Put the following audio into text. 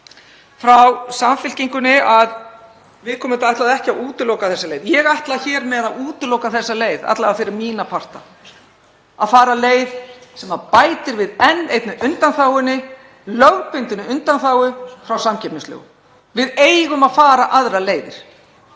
frá Samfylkingunni að viðkomandi ætlaði ekki að útiloka þessa leið. Ég ætla hér með að útiloka þessa leið, alla vega fyrir mína parta, að fara leið sem bætir við enn einni undanþágunni, lögbundinni undanþágu frá samkeppnislögum. Við eigum að fara aðrar leiðir